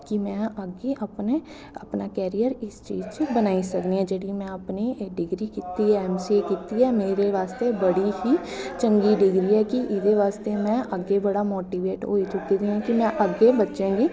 कि में अग्गें अपने अपना कैरियर इस चीज च बनाई सकनी आं जेह्ड़ी में अपनी एह् डिग्री कीती ऐ ऐम सी ए कीती ऐ मेरे बास्तै बड़ी ही चंगी डिग्री ऐ कि एह्दे बास्तै में अग्गें बड़ा मोटिवेट होई चुकी दी आं कि में अग्गें बच्चें गी